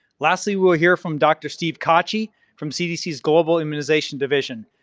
lastly, we'll hear from dr. steve cacci from cdc's global immunization division,